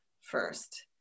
first